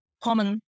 common